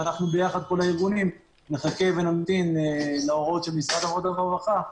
ואנחנו ביחד כל הארגונים נחכה ונמתין להוראות של משרד העבודה והרווחה,